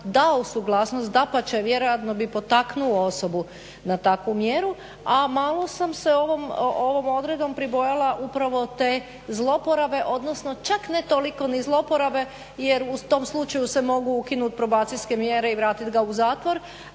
dao suglasnost, dapače vjerojatno bi potaknuo osobu na takvu mjeru, a malo sam se ovom odredbom pribojala upravo te zlouporabe, odnosno čak ne toliko ni zlouporabe jer u tom slučaju se mogu ukinuti probacijske mjere i vratiti ga u zatvor,